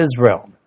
Israel